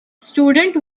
student